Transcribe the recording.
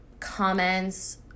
Comments